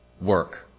work